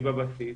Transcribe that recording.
היא בבסיס,